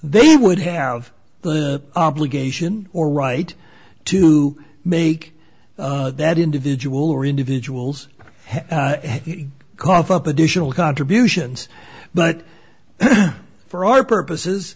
they would have the obligation or right to make that individual or individuals cough up additional contributions but for our purposes